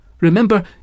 Remember